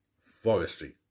forestry